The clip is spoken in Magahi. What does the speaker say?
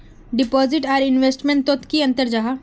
डिपोजिट आर इन्वेस्टमेंट तोत की अंतर जाहा?